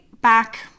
back